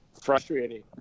frustrating